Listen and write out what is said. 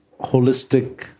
holistic